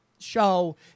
Show